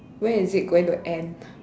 when is it going to end